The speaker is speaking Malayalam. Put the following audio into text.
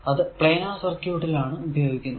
അത് പ്ലാനാർ സർക്യൂട്ടിൽ ആണ് ഉപയോഗിക്കുന്നത്